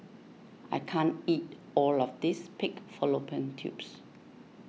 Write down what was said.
I can't eat all of this Pig Fallopian Tubes